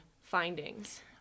findings